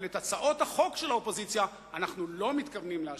אבל את הצעות החוק של האופוזיציה אנחנו לא מתכוונים לאשר.